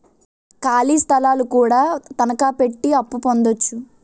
ఖాళీ స్థలాలు కూడా తనకాపెట్టి అప్పు పొందొచ్చు